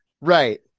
Right